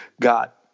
got